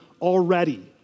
already